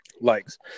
likes